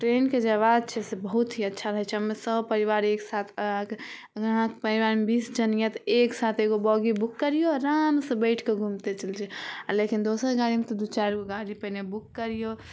ट्रेनके जे आबाज छै से बहुत ही अच्छा रहै छै ओहिमे सपरिवार एक साथ अगर अहाँके परिवारमे बीस जन यऽ तऽ एक साथ एगो बौगी बुक करियौ आराम से बैठके घूमते चलि जइयौ लेकिन दोसर गाड़ीमे दू चारिगो गाड़ी पहिने बुक करियौ